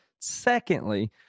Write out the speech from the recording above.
secondly